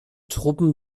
truppen